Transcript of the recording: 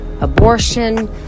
abortion